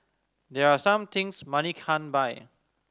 there are some things money can't buy